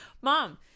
Mom